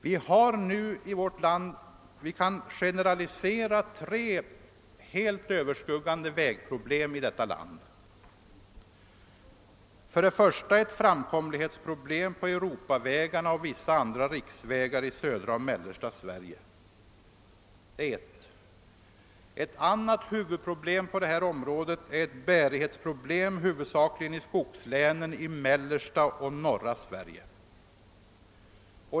Vi kan konstatera att det finns tre allt överskuggande vägproblem i detta land. Vi har ett framkomlighetsproblem på Europavägarna och vissa riksvägar i södra och mellersta Sverige. Ett annat huvudproblem är bärighetsproblemet, huvudsakligen i skogslänen i mellersta och norra Sverige.